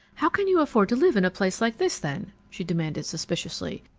how can you afford to live in a place like this, then? she demanded suspiciously.